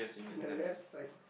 on the left side